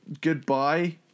Goodbye